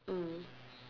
mm